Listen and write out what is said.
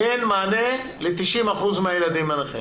אין מענה ל-90% מהילדים הנכים.